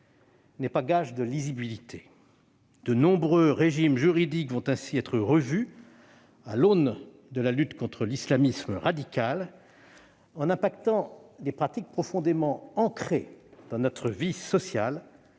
n'est pas gage de lisibilité. De nombreux régimes juridiques vont ainsi être revus à l'aune de la lutte contre l'islamisme radical, en impactant des pratiques profondément ancrées dans notre vie sociale,